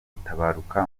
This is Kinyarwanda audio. gutabaruka